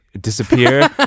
Disappear